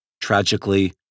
Tragically